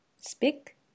speak